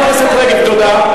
ש"ס, חברת הכנסת רגב, תודה.